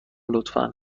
لطفا